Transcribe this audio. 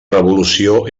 revolució